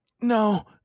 No